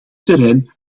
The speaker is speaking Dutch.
terrein